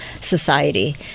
society